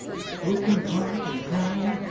with open heart and hand,